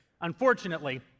Unfortunately